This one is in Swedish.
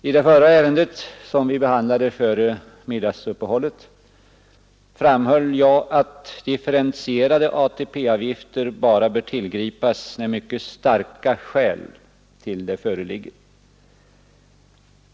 I det sista ärende som vi behandlade före middagsuppehållet framhöll jag att differentierade ATP-avgifter bör tillgripas bara när mycket starka skäl föreligger.